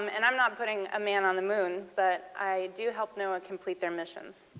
um and i'm not putting a man on the moon but i do help noaa complete their mission.